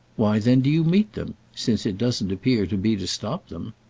why then do you meet them since it doesn't appear to be to stop them?